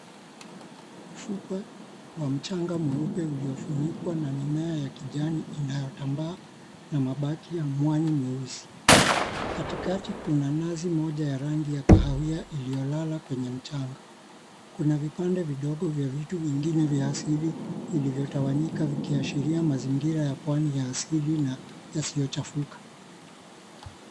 Fukwe wa mchanga mweupe uliofunikwa na mimea ya kijani inayotambaa na mabaki ya mwani mweusi. Katikati kuna nazi moja ya rangi ya kahawia iliyolala kwenye mchanga. Kuna vipande vidogo vya vitu vingine vya asili vilivyotawanyika vikiashiria mazingira ya pwani ya asili na yasiyochafuka.